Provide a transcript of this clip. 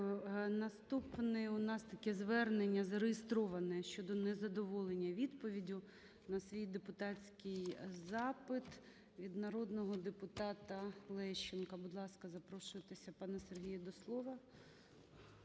Наступне у таке звернення зареєстроване щодо незадоволення відповіддю на свій депутатський запит від народного депутата Лещенка. Будь ласка, запрошуєтеся, пане Сергію, до слова.